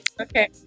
Okay